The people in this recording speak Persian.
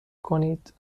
کنید